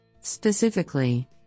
Specifically